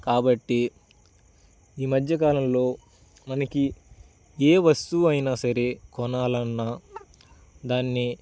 కాబట్టి ఈ మధ్య కాలంలో మనకి ఏ వస్తువు అయినా సరే కొనాలి అన్నా దాన్ని